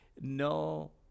no